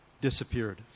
disappeared